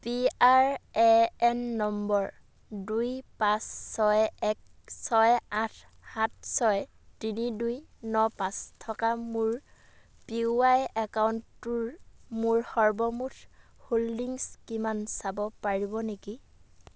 P R A N নম্বৰ দুই পাঁচ ছয় এক ছয় আঠ সাত ছয় তিনি দুই ন পাঁচ থকা মোৰ পি ৱাই একাউণ্টটোৰ মোৰ সৰ্বমুঠ হোল্ডিংছ কিমান চাব পাৰিব নেকি